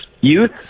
youth